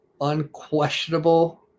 unquestionable